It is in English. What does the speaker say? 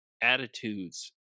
attitudes